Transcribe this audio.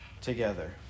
together